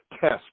test